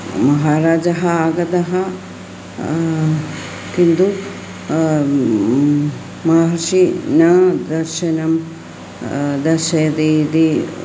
महाराजः आगतः किन्तु महर्षिः न दर्शनं दर्शयति इति